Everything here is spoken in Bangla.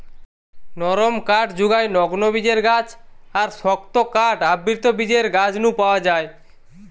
নরম কাঠ জুগায় নগ্নবীজের গাছ আর শক্ত কাঠ আবৃতবীজের গাছ নু পাওয়া যায়